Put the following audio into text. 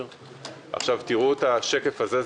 תראו את השקף הזה.